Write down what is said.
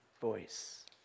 voice